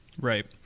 Right